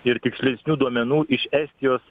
ir tikslesnių duomenų iš estijos